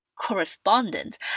Correspondent